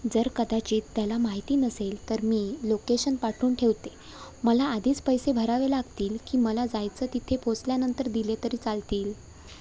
जर कदाचित त्याला माहिती नसेल तर मी लोकेशन पाठवून ठेवते मला आधीच पैसे भरावे लागतील की मला जायचं तिथे पोचल्यानंतर दिले तरी चालतील